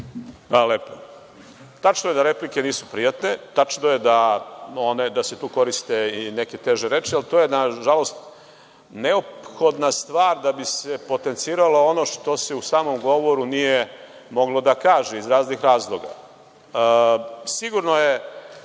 Hvala lepo. Tačno da replike nisu prijatne. Tačno je da se tu koriste i neke teže reči, ali to je nažalost neophodna stvar da bi se potenciralo ono što se u samom govoru nije moglo reći iz raznih razloga. Sigurno je